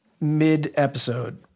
mid-episode